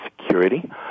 security